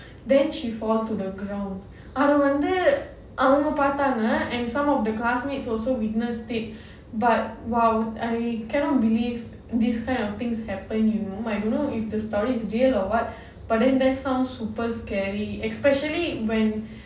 then she fall to the ground அது வந்து அவங்க பாத்தாங்க:adhu vandhu avanga paathaanga and some of the classmates also witnessed it but !wow! I cannot believe these kind of things happen you know I don't know if the story real or what but then that's some super scary especially when